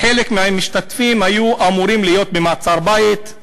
חלק מהמשתתפים היו אמורים להיות במעצר-בית,